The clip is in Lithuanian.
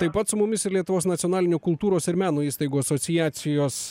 taip pat su mumis ir lietuvos nacionalinių kultūros ir meno įstaigų asociacijos